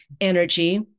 energy